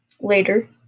Later